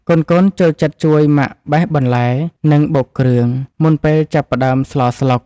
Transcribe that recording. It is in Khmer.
កូនៗចូលចិត្តជួយម៉ាក់បេះបន្លែ និងបុកគ្រឿង មុនពេលចាប់ផ្តើមស្លស្លុក។